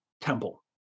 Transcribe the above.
temple